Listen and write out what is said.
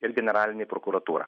ir generalinė prokuratūra